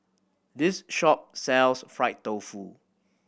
this shop sells fried tofu